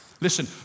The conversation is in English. Listen